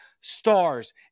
stars